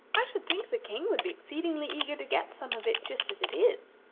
i should think the king would be exceedingly eager to get some of it, just as it is,